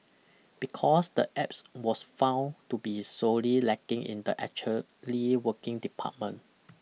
because the apps was found to be sorely lacking in the actually working department